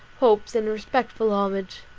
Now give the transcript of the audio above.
hopes, and respectful homage.